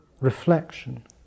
reflection